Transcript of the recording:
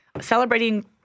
celebrating